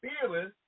feelings